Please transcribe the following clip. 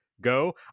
go